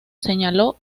señaló